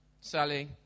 Sally